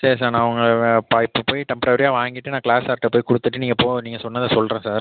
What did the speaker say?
சரி சார் நான் உங்கள் இப்போ போய் டெம்ப்பரவரியாக வாங்கிட்டு நான் க்ளாஸ் சார்கிட்ட போய் கொடுத்துட்டு நீங்கள் போ நீங்கள் சொன்னதை சொல்கிறேன் சார்